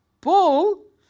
Paul